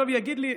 עכשיו יגיד לי,